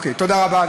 תודה רבה,